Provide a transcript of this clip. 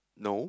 no